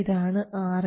ഇതാണ് Rm